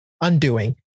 undoing